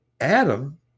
Adam